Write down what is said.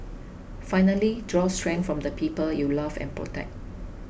finally draw strength from the people you love and protect